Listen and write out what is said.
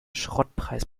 schrottpreis